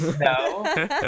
No